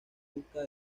busca